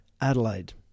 Adelaide